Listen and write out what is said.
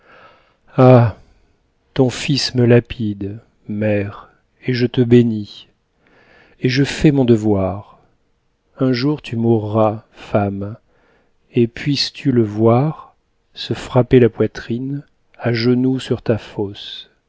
ton fils me lapide mère et je te bénis et je fais mon devoir un jour tu mourras femme et puisses-tu le voir se frapper la poitrine à genoux sur ta fosse